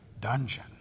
dungeon